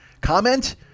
comment